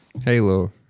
Halo